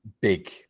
Big